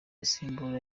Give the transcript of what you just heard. isimbura